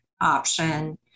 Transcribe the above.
option